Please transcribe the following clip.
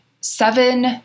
seven